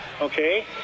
Okay